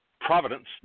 providence